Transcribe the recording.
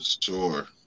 sure